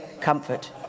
comfort